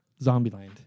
Zombieland